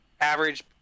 average